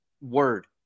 word